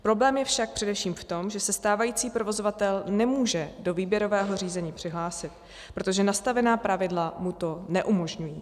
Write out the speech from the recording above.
Problém je však především v tom, že se stávající provozovatel nemůže do výběrového řízení přihlásit, protože nastavená pravidla mu to neumožňují.